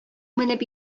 менеп